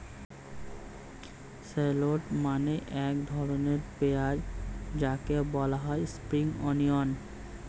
shallot মানে এক ধরনের পেঁয়াজ যাকে বলা হয় স্প্রিং অনিয়ন